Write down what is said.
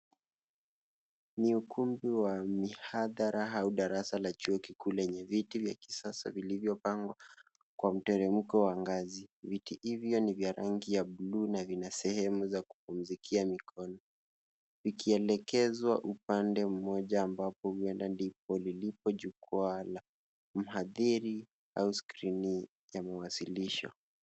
Ni ukumbi wa mihadhara au darasa la chuo kikuu lenye viti vya kisasa vilivyopangwa kwa mteremko wa ngazi. Viti hivyo ni vya rangi ya blue na vina sehemu za kupumzikia mikono, ikielekezwa upande moja ambapo huenda ndipo lilipo jukwaa la, mhadhiri au skrini yamewasilishwa.